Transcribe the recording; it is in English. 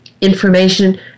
information